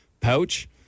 pouch